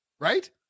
Right